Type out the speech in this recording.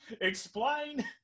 explain